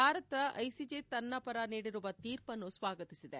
Bharat ICJ ತನ್ನ ಪರ ನೀಡಿರುವ ತೀರ್ಪನ್ನು ಸ್ನಾಗತಿಸಿದೆ